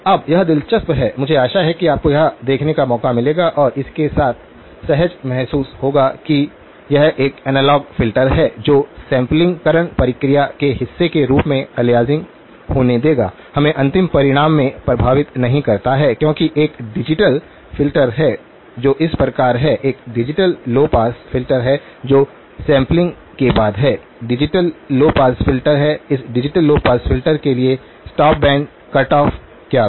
अब यह दिलचस्प है मुझे आशा है कि आपको यह देखने का मौका मिलेगा और इसके साथ सहज महसूस होगा कि यह एक एनालॉग फ़िल्टर है जो सैंपलिंगकरण प्रक्रिया के हिस्से के रूप में अलियासिंग होने देगा हमें अंतिम परिणाम में प्रभावित नहीं करता है क्योंकि एक डिजिटल फ़िल्टर है जो इस प्रकार है एक डिजिटल लो पास फ़िल्टर है जो सैंपलिंग के बाद है डिजिटल लो पास फ़िल्टर है इस डिजिटल लो पास फ़िल्टर के लिए स्टॉप बैंड कट ऑफ क्या था